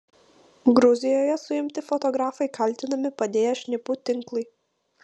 gruzijoje suimti fotografai kaltinami padėję šnipų tinklui